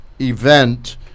event